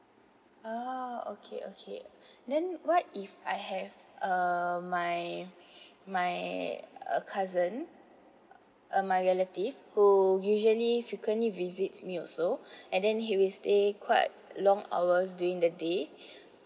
ah okay okay then what if I have uh my my uh cousin uh my relative who usually frequently visit me also and then he will stay quite long hours during the day